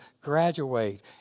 graduate